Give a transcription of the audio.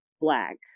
black